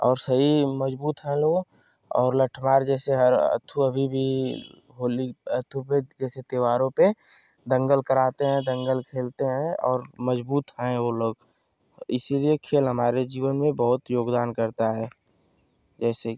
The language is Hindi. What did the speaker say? और सही मजबूत हैं लोग और लट्ठमार जैसे हर अथवा अभी भी होली अथवा पर जैसे त्योहारों पर दंगल कराते हैं दंगल खेलते हैं और मजबूत हैं वो लोग इसलिए खेल हमारे जीवन में बहुत योगदान करता है जैसे